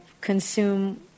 consume